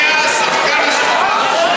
חבר הכנסת יואל חסון,